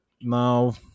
No